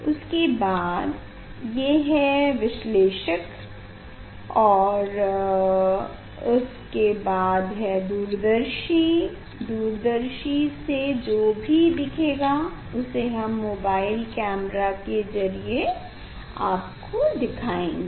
उसके बाद ये है विश्लेषक और उसके बाद है दूरदर्शी दूरदर्शी से जो भी दिखेगा उसे हम मोबाइल कैमरा के जरिये आपको दिखाऍंगे